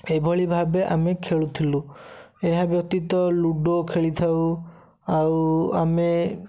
ଏହିଭଳି ଭାବେ ଆମେ ଖେଳୁଥିଲୁ ଏହାବ୍ୟତୀତ ଲୁଡ଼ୋ ଖେଳିଥାଉ ଆଉ ଆମେ